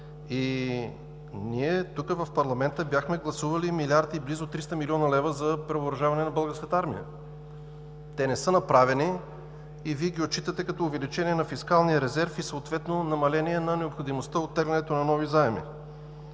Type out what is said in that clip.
част. В парламента бяхме гласували милиард и близо 300 млн. лв. за превъоръжаване на Българската армия. Те не са направени и Вие ги отчитате като увеличение на фискалния резерв и съответно намаление на необходимостта от тегленето на нови заеми.